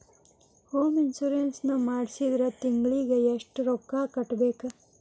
Home insurance ನ ಮಾಡ್ಸಿದ್ರ ತಿಂಗ್ಳಿಗೆ ಎಷ್ಟ್ ರೊಕ್ಕಾ ಕಟ್ಬೇಕ್?